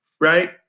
right